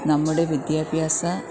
നമ്മുടെ വിദ്യാഭ്യാസ